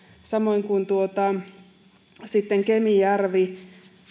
samoin kuin kemijärvi